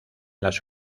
las